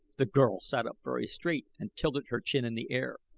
the girl sat up very straight and tilted her chin in the air.